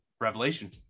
Revelation